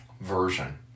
version